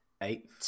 Eight